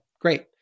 great